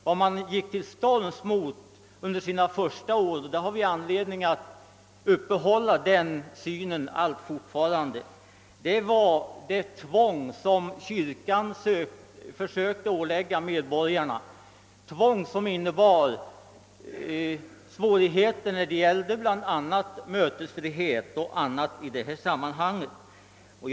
Vad rörelsen gick till storms mot under sina första år — och den uppfattningen har vi anledning att fortfarande hålla fast vid — var det tvång som kyrkan försökte ålägga medborgarna, ett tvång som kunde ta sig uttryck i försök att förhindra att möten hölls eller att göra andra svårigheter för arbetarrörelsen.